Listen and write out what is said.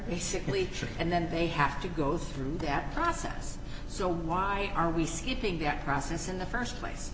basically and then they have to go through that process so why are we skipping that process in the st place